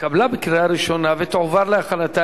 בקריאה ראשונה ותועבר לוועדת החוקה,